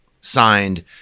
Signed